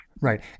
Right